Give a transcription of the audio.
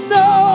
no